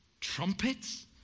trumpets